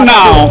now